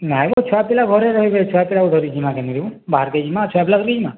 ନାଇଁ ବୋ ଛୁଆ ପିଲା ଘରେ ରହିବେ ଛୁଆ ପିଲା ଆଉ ଧରି ଯିମା କେଁ ଯେ ବୋ ବାହାର୍କେ ଯିମା ଆଉ ଛୁଆ ପିଲା ଧରିକି ଯିମା